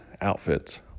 outfits